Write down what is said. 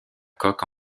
coque